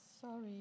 Sorry